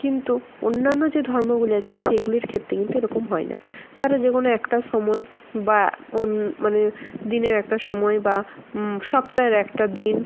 কিন্তু অন্যান্য যে ধর্মগুলি আছে সেগুলির ক্ষেত্রে কিন্তু এ রকম হয় না তারা যে কোনো একটা সময়ে বা ওন মানে দিনের একটা সময় বা সপ্তাহের একটা দিন